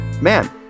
Man